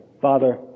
Father